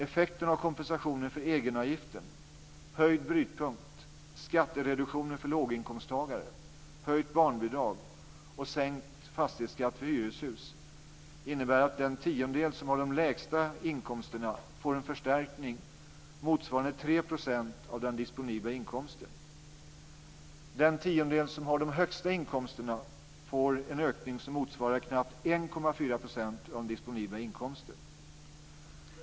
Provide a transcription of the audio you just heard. Effekterna av kompensationen för egenavgiften, höjd brytpunkt, skattereduktioner för låginkomsttagare, höjt barnbidrag och sänkt fastighetsskatt för hyreshus innebär att den tiondel som har de lägsta inkomsterna får en förstärkning motsvarande 3 % av den disponibla inkomsten. Den tiondel som har de högsta inkomsterna får en ökning som motsvarar knappt 1,4 % av den disponibla inkomsten.